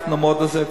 אנחנו נעמוד בזה,